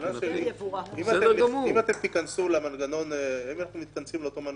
אם אנחנו מתכנסים לאותו מנגנון,